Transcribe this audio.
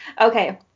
okay